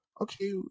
Okay